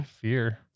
fear